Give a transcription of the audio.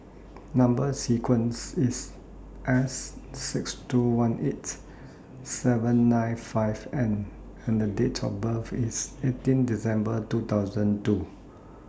Number sequence IS S six two one eight seven nine five N and Date of birth IS eighteen December two thousand and two